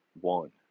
one